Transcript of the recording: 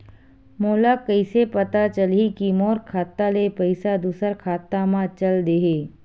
मोला कइसे पता चलही कि मोर खाता ले पईसा दूसरा खाता मा चल देहे?